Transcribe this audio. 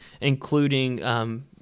including